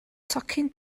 tocyn